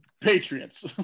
Patriots